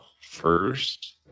first